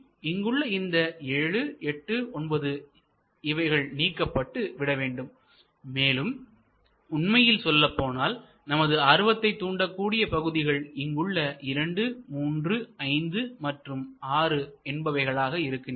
எனவே இங்குள்ள இந்த 7 89 இவைகள் நீக்கப்பட்டு விடவேண்டும் மேலும் உண்மையில் சொல்லப்போனால் நமது ஆர்வத்தை தூண்டக்கூடிய பகுதிகள் இங்குள்ள 23 5 மற்றும் 6 என்பவைகளாக இருக்கின்றன